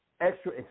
extra